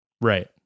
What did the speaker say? Right